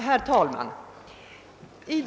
Herr talman!